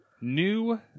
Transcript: New